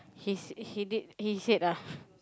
he's he did he said ah